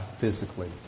physically